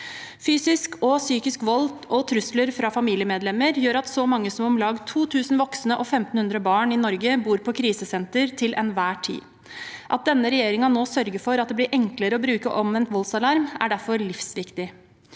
Fysisk og psykisk vold og trusler fra familiemedlemmer gjør at så mange som om lag 2 000 voksne og 1 500 barn i Norge bor på krisesenter til enhver tid. At denne regjeringen nå sørger for at det blir enklere å bruke omvendt voldsalarm, er derfor livsviktig.